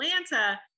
Atlanta